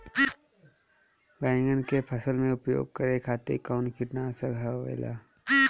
बैंगन के फसल में उपयोग करे खातिर कउन कीटनाशक आवेला?